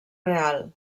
real